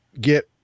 get